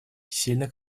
сильно